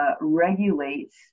regulates